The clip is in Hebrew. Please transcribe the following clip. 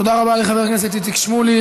תודה רבה לחבר הכנסת איציק שמולי.